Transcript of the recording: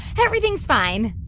everything's fine